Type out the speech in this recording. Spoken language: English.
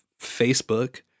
Facebook